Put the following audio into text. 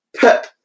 Pep